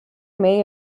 may